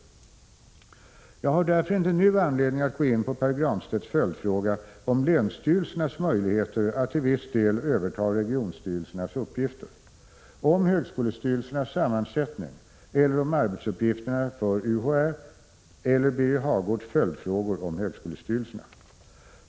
Jag har därför inte nu anledning att gå in på Pär Granstedts följdfråga om länsstyrelsernas möjligheter att till viss del överta regionstyrelsernas uppgifter, om högskolestyrelsernas sammansättning eller om arbetsuppgifterna för UHÄ eller Birger Hagårds följdfrågor om högskolestyrelserna.